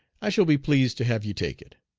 i shall be pleased to have you take it.